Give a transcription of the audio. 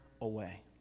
away